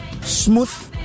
smooth